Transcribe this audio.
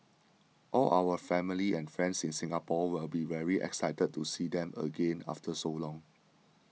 all our family and friends in Singapore will be very excited to see them again after so long